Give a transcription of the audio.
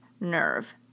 nerve